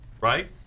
right